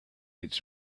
its